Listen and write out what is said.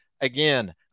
again